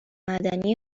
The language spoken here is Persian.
معدنی